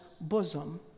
bosom